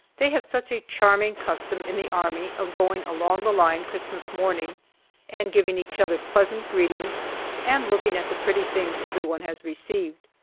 they have such a charming custom in the army of going along the line christmas morning and giving each other pleasant greetings and looking at the pretty things everyone has received.